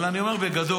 אבל אני אומר בגדול,